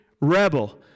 rebel